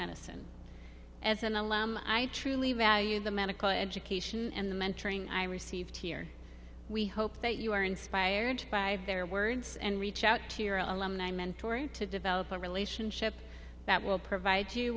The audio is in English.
medicine as an alum i truly value the medical education and the mentoring i received here we hope that you are inspired by their words and reach out to your alumni mentor to develop a relationship that will provide you